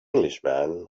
englishman